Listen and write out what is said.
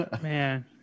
man